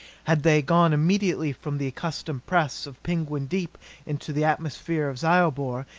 had they gone immediately from the accustomed press of penguin deep into the atmosphere of zyobor,